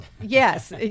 yes